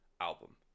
album